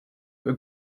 with